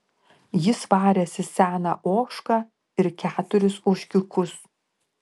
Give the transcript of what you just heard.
jis varėsi seną ožką ir keturis ožkiukus